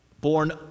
born